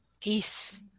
Peace